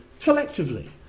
collectively